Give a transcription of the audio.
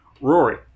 Rory